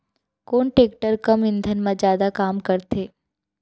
कोन टेकटर कम ईंधन मा जादा काम करथे?